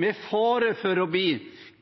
med fare for å bli